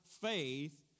faith